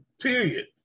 Period